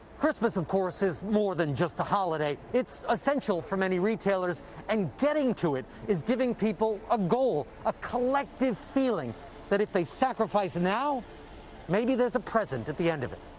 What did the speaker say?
christmas of course is more than just a holiday. it's essential for many retailers and getting to it is giving people a goal, a collective feeling that if they sacrifice and now maybe there's a present at the end of it.